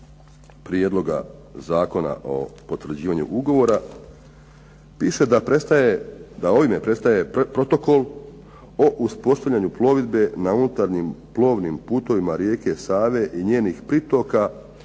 prijedloga zakona o potvrđivanju ugovora, piše da ovime prestaje protokol o uspostavljanju plovidbe na unutarnjim plovnim putovima rijeke Save i njenih pritoka